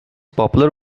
popular